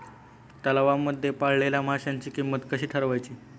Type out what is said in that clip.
तलावांमध्ये पाळलेल्या माशांची किंमत कशी ठरवायची?